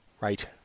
Right